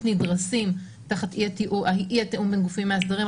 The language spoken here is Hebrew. נדרסים תחת אי התיאום בין גופים מאסדרים.